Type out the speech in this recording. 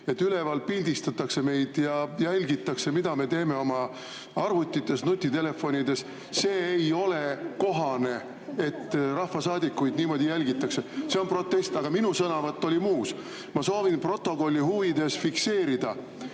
et üleval pildistatakse meid ja jälgitakse, mida me teeme oma arvutites, nutitelefonides. See ei ole kohane, et rahvasaadikuid niimoodi jälgitakse. See on protest. Aga minu sõnavõtt on muul teemal. Ma soovin protokolli huvides fikseerida,